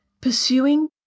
pursuing